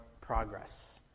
progress